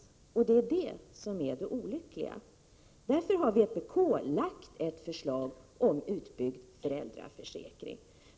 Det är det som är det olyckliga. Därför har vpk lagt ett förslag om utbyggd föräldraförsäkring.